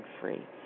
free